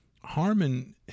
Harmon